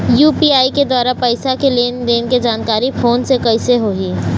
UPI के द्वारा पैसा के लेन देन के जानकारी फोन से कइसे होही?